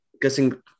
guessing